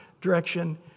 direction